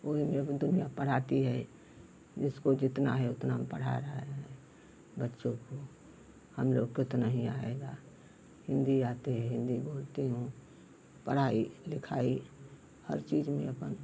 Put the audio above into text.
कोई नहीं अभी दुनिया पढ़ाती है जिसको जितना है उतना वो पढ़ा रहा है बच्चों को हम लोग को तो नहीं आएगा हिन्दी आती है हिन्दी बोलती हूँ पढ़ाई लिखाई हर चीज में अपन